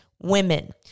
women